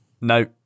No